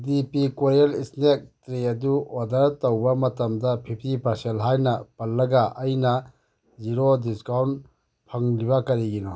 ꯗꯤ ꯄꯤ ꯀꯣꯔꯦꯜ ꯏꯁꯅꯦꯛ ꯇ꯭ꯔꯦ ꯑꯗꯨ ꯑꯣꯗꯔ ꯇꯧꯕ ꯃꯇꯝꯗ ꯐꯤꯞꯇꯤ ꯄꯥꯔꯁꯦꯜ ꯍꯥꯏꯅ ꯄꯜꯂꯒ ꯑꯩꯅ ꯖꯤꯔꯣ ꯗꯤꯁꯀꯥꯎꯟ ꯐꯪꯉꯤꯕ ꯀꯔꯤꯒꯤꯅꯣ